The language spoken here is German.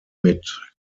mit